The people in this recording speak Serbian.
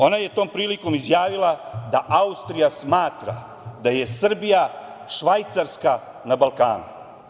Ona je tom prilikom izjavila da Austrija smatra da je Srbija Švajcarska na Balkanu.